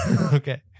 Okay